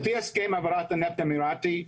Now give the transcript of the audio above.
לפי הסכם העברת הנפט האמירתי,